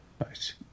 Nice